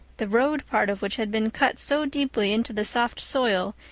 the road part of which had been cut so deeply into the soft soil,